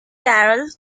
carol